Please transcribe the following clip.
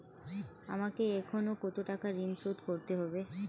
আমাকে এখনো কত টাকা ঋণ শোধ করতে হবে?